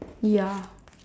ya